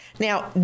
Now